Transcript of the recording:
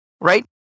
right